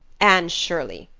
anne shirley,